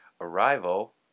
Arrival